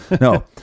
No